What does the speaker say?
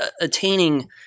attaining